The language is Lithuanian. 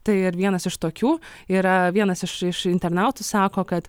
tai ir vienas iš tokių yra vienas iš iš internautų sako kad